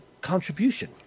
contribution